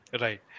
Right